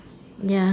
ya